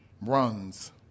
runs